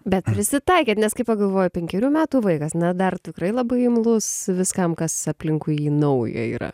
bet prisitaikėt nes kai pagalvoji penkerių metų vaikas na dar tikrai labai imlus viskam kas aplinkui jį naujo yra